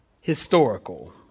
historical